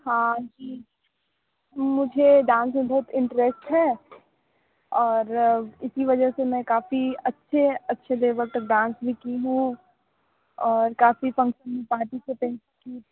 हाँ जी मुझे डांस में बहुत इंटरेस्ट है और इसी वजह से में काफ़ी अच्छे अच्छे लेवल तक डांस भी की हूँ और काफ़ी फंक्शन में पार्टीसीपेट की